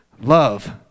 Love